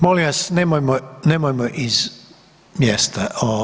Molim vas nemojmo iz mjesta.